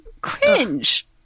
cringe